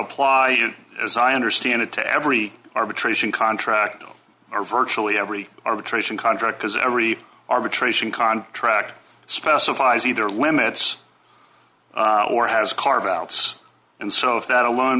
apply as i understand it to every arbitration contract or virtually every arbitration contract because every arbitration contract specifies either limits or has carve outs and so if that alone